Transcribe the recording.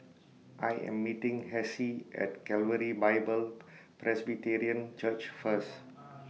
I Am meeting Hessie At Calvary Bible Presbyterian Church First